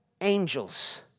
angels